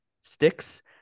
sticks